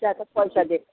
जा त पैसा दे